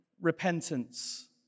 repentance